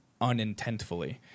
unintentfully